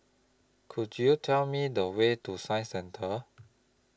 Could YOU Tell Me The Way to Science Centre